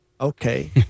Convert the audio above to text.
Okay